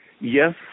Yes